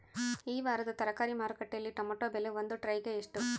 ಈ ವಾರದ ತರಕಾರಿ ಮಾರುಕಟ್ಟೆಯಲ್ಲಿ ಟೊಮೆಟೊ ಬೆಲೆ ಒಂದು ಟ್ರೈ ಗೆ ಎಷ್ಟು?